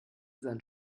sein